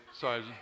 Sorry